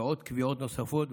ועוד קביעות נוספות.